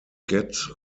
get